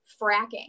fracking